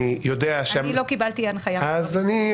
אני לא קיבלתי הנחיה כזאת.